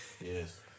Yes